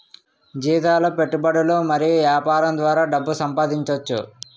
జీతాలు పెట్టుబడులు మరియు యాపారం ద్వారా డబ్బు సంపాదించోచ్చు